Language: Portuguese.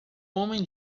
homem